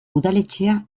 udaletxea